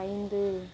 ஐந்து